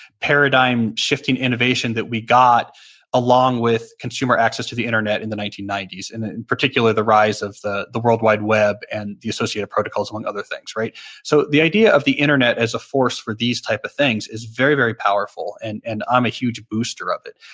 paradigm-shifting innovation that we got along with consumer access to the internet in the nineteen ninety s, in particular, the rise of the the world wide web and the associated protocols among other things so the idea of the internet as a force for these types of things is very, very, powerful and and i'm a huge booster of it.